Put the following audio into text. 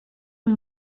اون